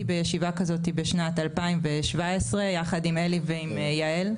בישיבה כזאת בשנת 2017. יחד עם אלי ויעל.